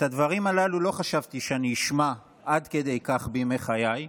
את הדברים הללו לא חשבתי שאני אשמע עד כדי כך בימי חיי,